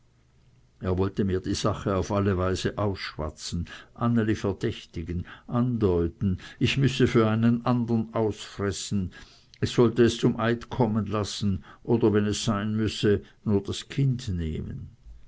er wollte mir die sache auf alle weise ausschwatzen anneli verdächtigen andeuten ich müßte für einen andern ausfressen ich sollte es zum eid kommen lassen oder wenn eines sein müsse nur das kind nehmen